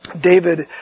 David